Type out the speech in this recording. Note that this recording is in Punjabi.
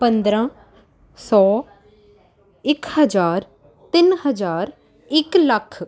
ਪੰਦਰਾਂ ਸੌ ਇੱਕ ਹਜ਼ਾਰ ਤਿੰਨ ਹਜ਼ਾਰ ਇੱਕ ਲੱਖ